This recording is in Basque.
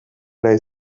nahi